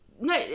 no